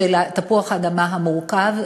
של תפוח האדמה המורכב.